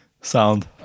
sound